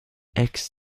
eggs